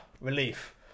relief